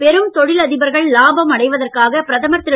பெரும் தொழில்அதிபர்கள் லாபம் அடைவதற்காக பிரதமர் திரு